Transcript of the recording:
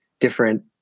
different